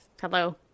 Hello